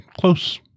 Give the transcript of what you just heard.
close